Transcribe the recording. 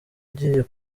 agiye